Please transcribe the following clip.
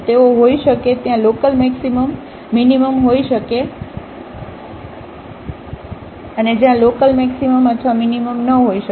તેઓ હોઈ શકે ત્યાં લોકલમેક્સિમમ મીનીમમ હોઈ શકે ત્યાં લોકલમેક્સિમમ અથવા મીનીમમ ન હોઈ શકે